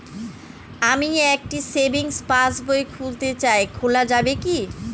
আমি একটি সেভিংস পাসবই খুলতে চাই খোলা যাবে কি?